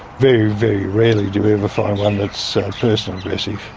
very, very rarely do we ever find one that's person-aggressive.